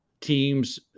teams